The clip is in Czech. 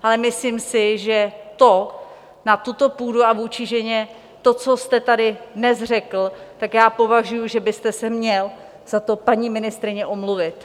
Ale myslím si, že to na tuto půdu a vůči ženě, to, co jste tady dnes řekl, tak já považuji, že byste se měl za to paní ministryni omluvit.